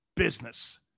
Business